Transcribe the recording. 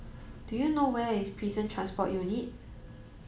do you know where is Prison Transport Unit